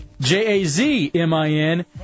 j-a-z-m-i-n